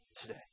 today